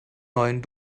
neuen